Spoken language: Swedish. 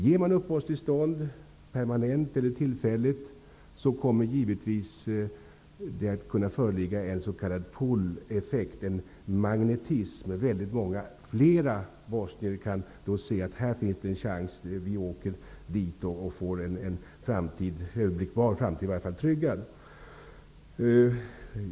Om man ger permanent eller tillfälligt uppehållstillstånd, kommer givetvis en s.k. pulleffekt, en magnetism, att föreligga. Många fler bosnier kommer då att resonera: Här finns en chans. Vi åker till Sverige och får i alla fall en överblickbar framtid tryggad.